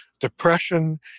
depression